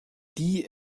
die